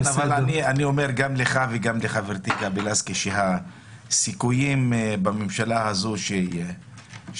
אני אומר גם לך וגם לחברתי גבי לסקי שהסיכויים שזה יתקדם